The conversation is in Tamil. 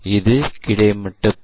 இது கிடைமட்ட பிளேன்